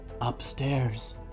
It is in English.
Upstairs